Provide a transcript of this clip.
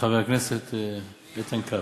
לחבר הכנסת איתן כבל.